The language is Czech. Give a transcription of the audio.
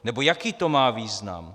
Nebo jaký to má význam?